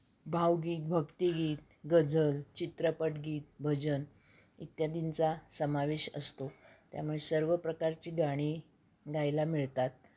भावगीत भक्तिगीत गजल चित्रपटगीत भजन इत्यादींचा समावेश असतो त्यामुळे सर्व प्रकारची गाणी गायला मिळतात